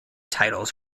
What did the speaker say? titles